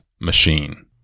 machine